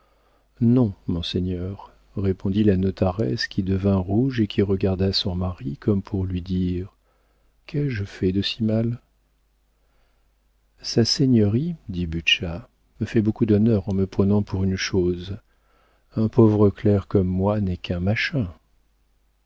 non monseigneur répondit la notaresse qui devint rouge et qui regarda son mari comme pour lui dire qu'ai-je fait de si mal sa seigneurie dit butscha me fait beaucoup d'honneur en me prenant pour une chose un pauvre clerc comme moi n'est qu'un machin